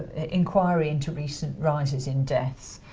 inquiry into recent rises in deaths.